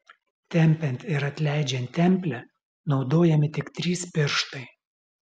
tempiant ir atleidžiant templę naudojami tik trys pirštai